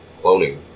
cloning